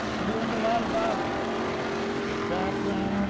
we learned a lot about him his background